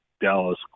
Dallas